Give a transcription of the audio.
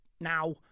now